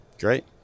Great